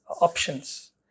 options